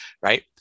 right